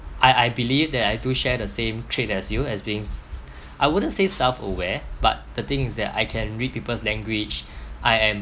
I I believe that I do share the same trait as you as beings I wouldn't say self aware but the thing is that I can read people's language I am